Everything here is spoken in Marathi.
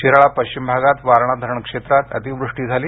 शिराळा पश्चिम भागात वारणा धरण क्षेत्रात अतिवृष्टी झाली